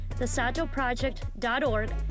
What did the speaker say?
thesatoproject.org